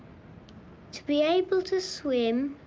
to be able to swim,